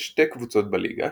יש שתי קבוצות בליגה,